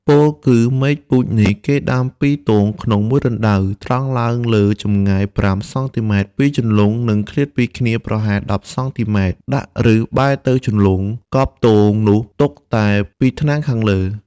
ពោលគឺមែកពូជនេះគេដាំពីរទងក្នុងមួយរណ្តៅ ត្រង់ឡើងលើចម្ងាយ ៥ សង់ទីម៉ែត្រ ពីជន្លង់និងឃ្លាតពីគ្នាប្រហែល ១០ សង់ទីម៉ែត្រ ដាក់ឫសបែរទៅជន្លង់ កប់ទងនោះទុកតែ ២ថ្នាំងខាងលើ។